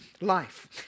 life